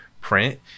print